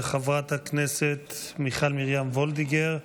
חברת הכנסת מיכל מרים וולדיגר,